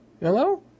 hello